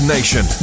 Nation